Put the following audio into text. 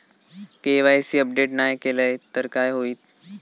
KYC update नाय केलय तर काय होईत?